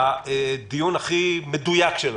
הדיון הכי מדויק שלנו.